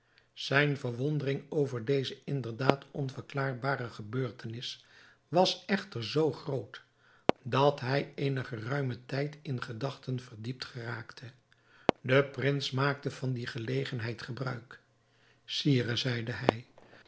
zijne verwondering over deze inderdaad onverklaarbare gebeurtenis was echter zoo groot dat hij eenen geruimen tijd in gedachten verdiept geraakte de prins maakte van die gelegenheid gebruik sire zeide hij